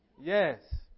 Yes